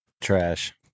trash